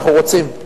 אנחנו רוצים.